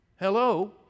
hello